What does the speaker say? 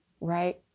right